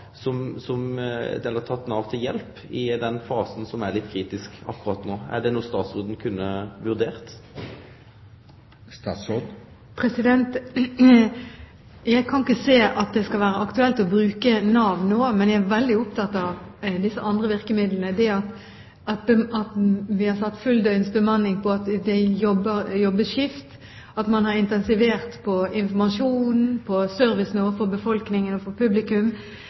Nav, teke Nav til hjelp, i den fasen som er litt kritisk akkurat no. Er det noko statsråden kunne vurdere? Jeg kan ikke se at det skal være aktuelt å bruke Nav nå, men jeg er veldig opptatt av disse andre virkemidlene, det at vi har satt på fulldøgns bemanning – at det jobbes skift, og at en har intensivert informasjonen og servicen overfor befolkningen og for publikum.